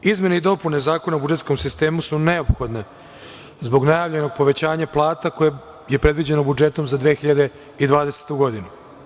Izmene i dopune Zakona o budžetskom sistemu su neophodne zbog najavljenog povećanja plata koje je predviđeno budžetom za 2022. godinu.